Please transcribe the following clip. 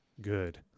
Good